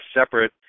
separate